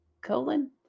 colon